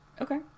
Okay